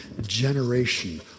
generation